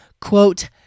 quote